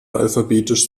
alphabetisch